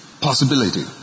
Possibility